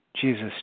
Jesus